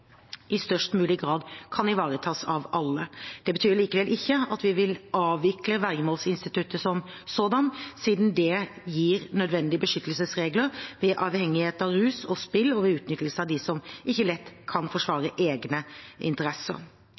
i størst mulig grad kan ivaretas for alle. Det betyr likevel ikke at vi vil avvikle vergemålsinstituttet som sådant, siden det gir nødvendige beskyttelsesregler ved avhengighet av rus og spill og ved utnyttelse av dem som ikke lett kan forsvare egne interesser.